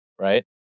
right